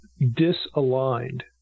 disaligned